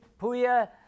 puya